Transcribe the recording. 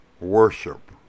worship